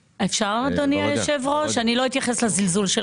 אפשר לדבר ולצעוק אבל שום דבר לא יעזור כי תבוא היועצת